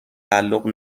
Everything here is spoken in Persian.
تعلق